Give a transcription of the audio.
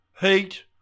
heat